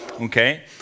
okay